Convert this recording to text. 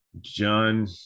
John